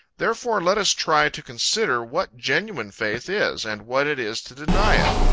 therefore let us try to consider what genuine faith is, and what it is to deny it.